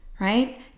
right